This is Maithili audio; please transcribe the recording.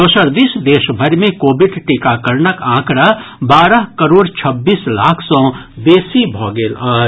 दोसर दिस देश भरि मे कोविड टीकाकरणक आंकड़ा बारह करोड़ छब्बीस लाख सँ बेसी भऽ गेल अछि